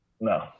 no